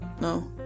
no